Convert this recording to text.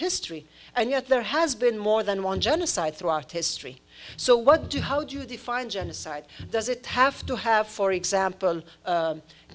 history and yet there has been more than one genocide throughout history so what do you how do you define genocide does it have to have for example